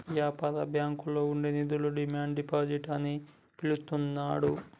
యాపార బ్యాంకుల్లో ఉండే నిధులను డిమాండ్ డిపాజిట్ అని పిలుత్తాండ్రు